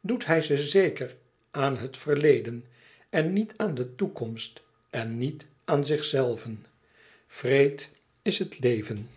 doet hij ze zeker aan het verleden en niet aan de toekomst en niet aan zichzelven wreed is het leven